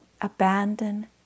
Abandon